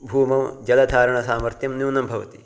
भूमौ जलधारणसामर्थ्यं न्यूनं भवति